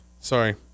Sorry